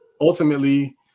ultimately